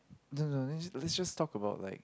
no no no let's let's just talk about like